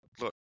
look